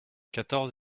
quatorze